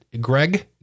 Greg